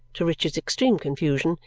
to richard's extreme confusion,